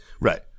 Right